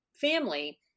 family